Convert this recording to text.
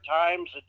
Times